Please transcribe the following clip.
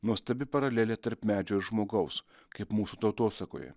nuostabi paralelė tarp medžio ir žmogaus kaip mūsų tautosakoje